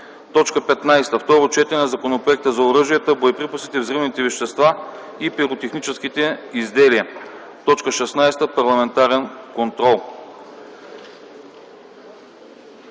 15. Второ четене на Законопроекта за оръжията, боеприпасите, взривните вещества и пиротехническите изделия. 16. Парламентарен контрол.